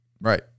right